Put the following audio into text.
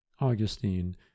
Augustine